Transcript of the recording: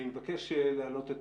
נעלה את